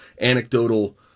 anecdotal